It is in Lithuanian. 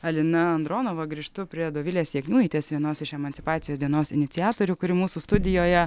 alina andronova grįžtu prie dovilės jakniūnaitės vienos iš emancipacijos dienos iniciatorių kuri mūsų studijoje